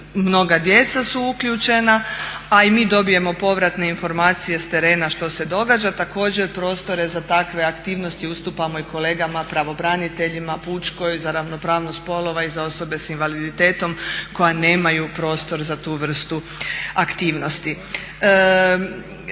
mnoga djeca su uključena, a i mi dobijemo povratne informacije s terena što se događa. Također prostore za takve aktivnosti ustupamo kolegama pravobraniteljima, pučkoj, za ravnopravnost spolova i za osobe s invaliditetom koja nemaju prostor za tu vrstu aktivnosti.